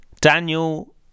Daniel